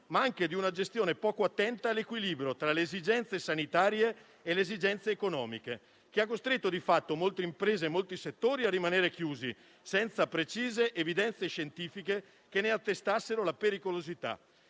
ma anche di una gestione poco attenta all'equilibrio tra le esigenze sanitarie e quelle economiche, che ha costretto di fatto molte imprese e molti settori a rimanere chiusi senza precise evidenze scientifiche che ne attestassero la pericolosità.